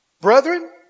Brethren